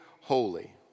holy